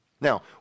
Now